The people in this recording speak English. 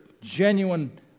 genuine